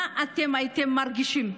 מה אתם הייתם מרגישים?